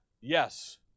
Yes